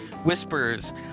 whispers